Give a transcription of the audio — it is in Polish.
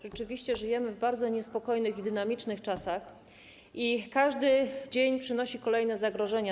Rzeczywiście żyjemy w bardzo niespokojnych i dynamicznych czasach i każdy dzień przynosi kolejne zagrożenia.